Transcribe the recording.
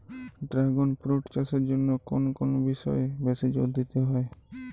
Dragon fruit চাষের জন্য কোন কোন বিষয়ে বেশি জোর দিতে হয়?